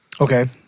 Okay